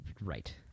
Right